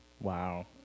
Wow